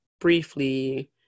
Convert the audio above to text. briefly